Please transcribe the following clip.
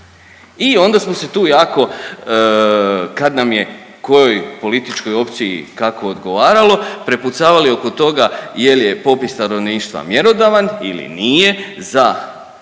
I onda smo se tu jako kad nam je kojoj političkoj opciji i kako odgovaralo prepucavali oko toga jel' je popis stanovništva mjerodavan ili nije za